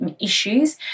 issues